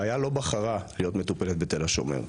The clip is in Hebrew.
רעיה לא בחרה להיות מטופלת בתל השומר,